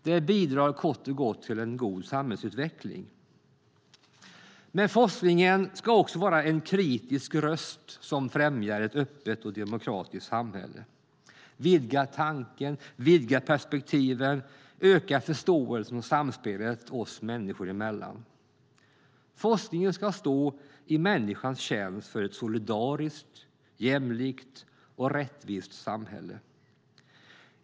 Det bidrar kort och gott till en god samhällsutveckling. Forskningen ska också vara en kritisk röst som främjar ett öppet och demokratiskt samhälle, vidgar tanken och perspektiven samt ökar förståelsen och samspelet oss människor emellan. Forskningen ska stå i människans tjänst för ett solidariskt, jämlikt och rättvist samhälle.